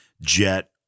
jet